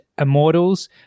Immortals